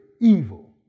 evil